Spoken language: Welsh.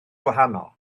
gwahanol